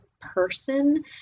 person